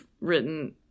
written